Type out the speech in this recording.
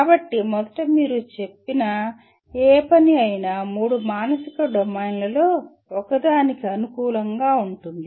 కాబట్టి మొదట మీరు చెప్పిన ఏ పని అయినా మూడు మానసిక డొమైన్లలో ఒకదానికి అనుకూలంగా ఉంటుంది